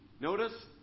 Notice